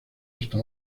hasta